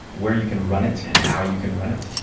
where you can run it and how you can run it,